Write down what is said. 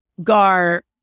Gar